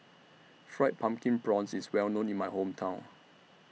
Fried Pumpkin Prawns IS Well known in My Hometown